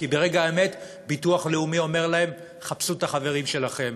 כי ברגע האמת הביטוח הלאומי אומר להם: חפשו את החברים שלכם,